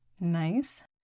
Nice